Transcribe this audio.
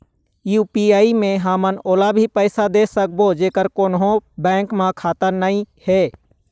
UPI मे हमन ओला भी पैसा दे सकबो जेकर कोन्हो बैंक म खाता नई हे?